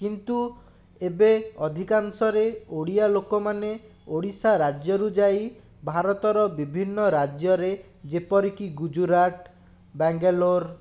କିନ୍ତୁ ଏବେ ଅଧିକାଂଶରେ ଓଡ଼ିଆ ଲୋକମାନେ ଓଡ଼ିଶା ରାଜ୍ୟରୁ ଯାଇ ଭାରତର ବିଭିନ୍ନ ରାଜ୍ୟରେ ଯେପରିକି ଗୁଜୁରାଟ ବାଙ୍ଗାଲୋର